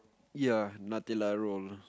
ya Nutella roll